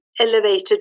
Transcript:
elevated